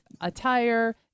attire